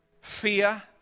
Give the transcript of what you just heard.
fear